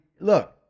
look